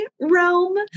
realm